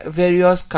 various